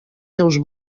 seus